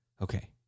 Okay